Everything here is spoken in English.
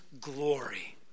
glory